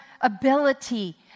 ability